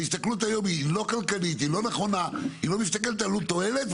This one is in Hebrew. וההסתכלות היום היא לא כלכלית היא לא נכונה ולא מסתכלת על עלות תועלת,